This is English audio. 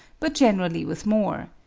but generally with more,